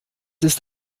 ist